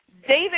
David